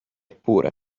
pure